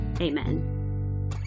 amen